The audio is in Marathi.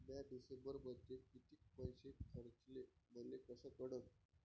म्या डिसेंबरमध्ये कितीक पैसे खर्चले मले कस कळन?